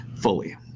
fully